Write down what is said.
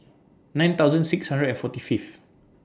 nine thousand six hundred and forty Fifth